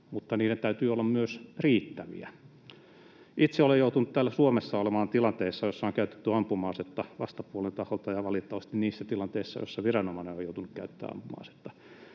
mutta niiden täytyy olla myös riittäviä. Itse olen joutunut täällä Suomessa olemaan tilanteissa, joissa on käytetty ampuma-asetta vastapuolen taholta, ja valitettavasti niissä tilanteissa, joissa viranomainen on joutunut käyttämään ampuma-asetta.